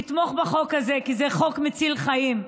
זה חוק מציל חיים.